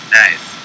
nice